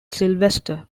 sylvester